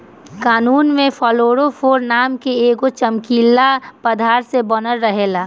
cocoon में fluorophore नाम के एगो चमकीला पदार्थ से बनल रहेला